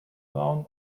down